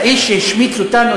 האיש שהשמיץ אותנו,